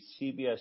CBS